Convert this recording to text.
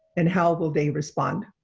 and how will they respond?